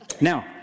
Now